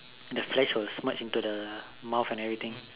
the flesh will smudge into the mouth and everything